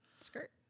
skirt